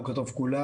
בוקר טוב כולם,